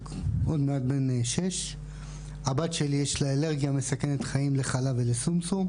הוא עוד מעט בן 6. הבת שלי יש לה אלרגיה מסכנת חיים לחלב ולשומשום.